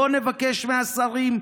בואו נבקש מהשרים,